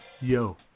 yo